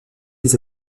des